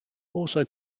also